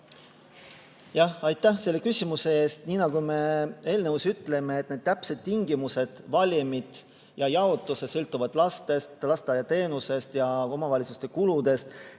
Aitäh selle küsimuse eest! Nii nagu me eelnõus ütleme, need täpsed tingimused, valemid ja jaotuse sõltuvalt lastest, lasteaiateenusest ja omavalitsuste kuludest